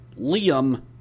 Liam